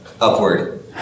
Upward